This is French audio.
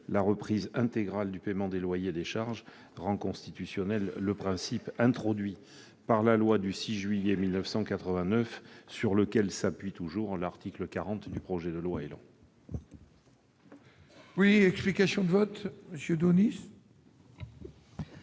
la reprise intégrale du paiement des loyers et des charges rend constitutionnel le principe introduit par la loi du 6 juillet 1989 sur lequel s'appuie l'article 40 du projet de loi. J'émets donc un avis